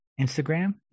Instagram